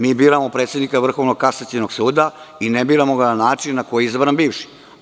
Mi biramo predsednika Vrhovnog kasacionog suda i ne biramo ga na način na koji je izabran bivši.